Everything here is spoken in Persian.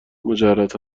مجرد